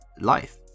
life